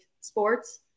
sports